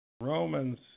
Romans